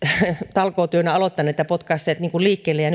talkootyönä aloittaneet ja potkaisseet liikkeelle ja